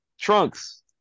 Trunks